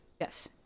Yes